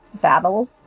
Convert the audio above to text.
battles